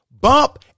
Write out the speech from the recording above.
bump